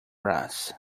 brass